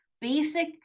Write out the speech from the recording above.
basic